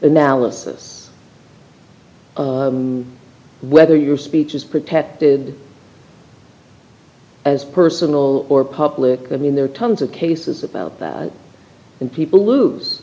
analysis whether your speech is protected as personal or public i mean there are tons of cases about that and people lose